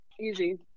Easy